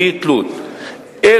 שהיתה, לא,